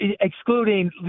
excluding –